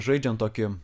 žaidžiant tokį